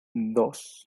dos